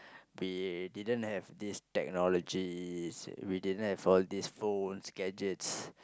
we didn't have these technologies we didn't have all these phones gadgets